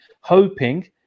hoping